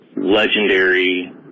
legendary